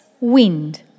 wind